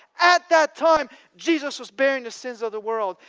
at that time jesus was bearing the sins of the world.